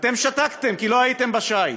ואתם שתקתם, כי לא הייתם בשיט,